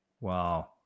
Wow